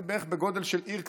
זה בערך בגודל של עיר קטנה.